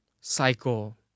cycle